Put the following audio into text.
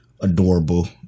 Adorable